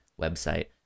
website